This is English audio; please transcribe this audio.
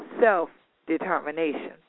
self-determination